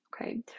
Okay